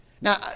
Now